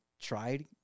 tried